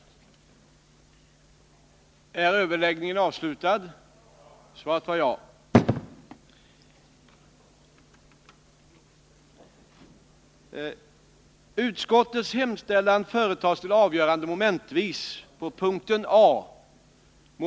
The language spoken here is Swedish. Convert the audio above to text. om tilk= Det ochinte vi på